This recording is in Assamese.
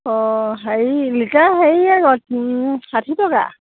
অঁ হেৰি লিটাৰ হেৰি আকৌ ষাঠি টকা